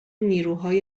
نیروهای